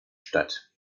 stadt